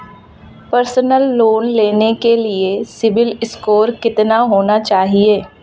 Personal loan लेने के लिए सिबिल स्कोर कितना होना चाहिए?